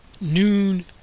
noon